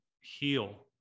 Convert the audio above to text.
heal